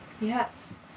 Yes